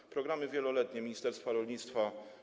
Są programy wieloletnie ministerstwa rolnictwa.